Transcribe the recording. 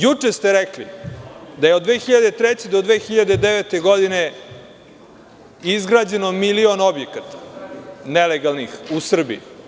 Juče ste rekli da je od 2003. do 2009. godine izgrađeno milion nelegalnih objekata u Srbiji.